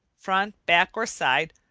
front, back, or side,